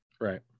Right